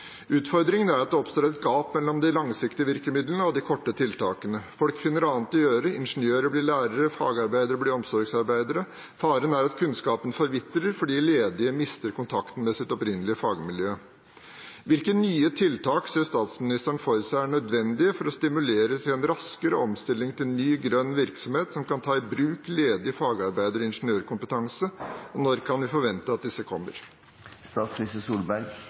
Utfordringen er at det oppstår et gap mellom de langsiktige virkemidlene og de korte tiltakene. Folk finner annet å gjøre – ingeniører blir lærere, fagarbeidere blir omsorgsarbeidere. Faren er at kunnskapen forvitrer, fordi ledige mister kontakten med sitt opprinnelige fagmiljø. Hvilke nye tiltak ser statsministeren for seg er nødvendige for å stimulere til en raskere omstilling til ny, grønn virksomhet som kan ta i bruk ledige fagarbeidere og ledig ingeniørkompetanse? Og når kan vi forvente at disse